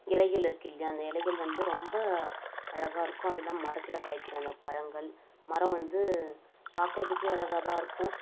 இலைகள் இருக்குது இல்லையா அந்த இலைகள் வந்து ரொம்ப அழகாக இருக்கும் அது இல்லாமல் மரத்தில் காய்க்கிற அந்த பழங்கள் மரம் வந்து பார்க்குறதுக்கே அழகாகதான் இருக்கும்